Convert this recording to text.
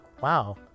wow